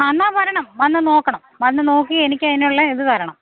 അ എന്നാൽ വരണം വന്നു നോക്കണം വന്നു നോക്കി എനിക്കതിനുള്ള ഇതു തരണം